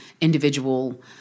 individual